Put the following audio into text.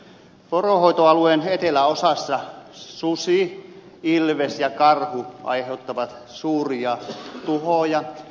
poronhoitoalueen eteläosassa susi ilves ja karhu aiheuttavat suuria tuhoja